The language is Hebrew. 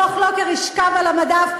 דוח לוקר ישכב על המדף,